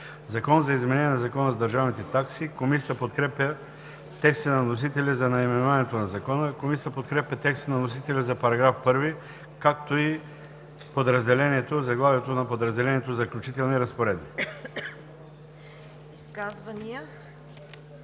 „Закон за изменение на Закона за държавните такси“.“ Комисията подкрепя текста на вносителя за наименованието на Закона. Комисията подкрепя текста на вносителя за § 1, както и заглавието на подразделението „Заключителни разпоредби“.